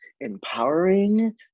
empowering